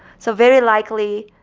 so very likely,